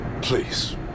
please